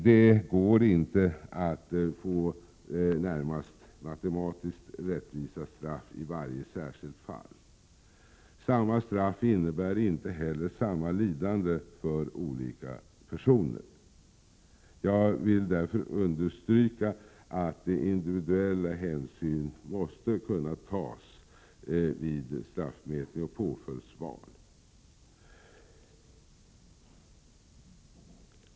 Det går inte att få närmast matematiskt rättvisa straff i varje särskilt fall. Samma straff innebär inte heller samma lidande för olika personer. Jag vill därför understryka att individuella hänsyn måste kunna tas vid straffmätning och påföljdsval.